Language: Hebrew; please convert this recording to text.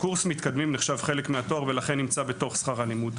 קורס למתקדמים נחשב חלק מהתואר ולכן נמצא בתוך שכר הלימוד.